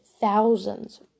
thousands